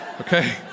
okay